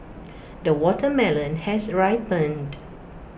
the watermelon has ripened